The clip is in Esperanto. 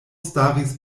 staris